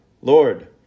Lord